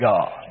God